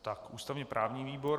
Tak, ústavněprávní výbor.